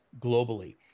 globally